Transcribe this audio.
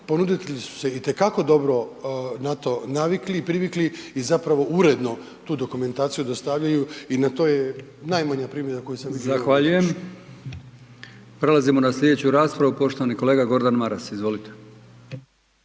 ponuditelji su se itekako dobro na to navikli i privikli i uredno tu dokumentaciju dostavljaju i na to je najmanja primjedba … /Govornik se ne razumije./ … **Brkić, Milijan (HDZ)** Zahvaljujem. Prelazimo na sljedeću raspravu, poštovani kolega Gordan Maras. Izvolite.